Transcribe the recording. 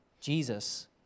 Jesus